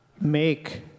make